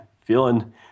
feeling